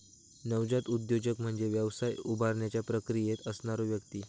नवजात उद्योजक म्हणजे व्यवसाय उभारण्याच्या प्रक्रियेत असणारो व्यक्ती